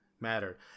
matter